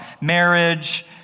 marriage